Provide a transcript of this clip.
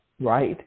right